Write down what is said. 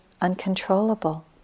uncontrollable